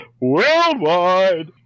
worldwide